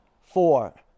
four